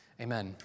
Amen